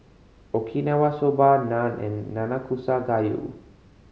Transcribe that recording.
Okinawa Soba Naan and Nanakusa Gayu